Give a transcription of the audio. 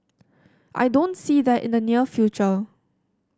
I don't see that in the near future